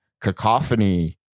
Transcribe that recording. cacophony